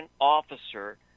officer